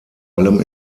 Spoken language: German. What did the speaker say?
allem